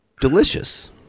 Delicious